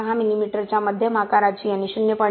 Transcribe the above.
6 मिमीच्या मध्यम आकाराची आणि 0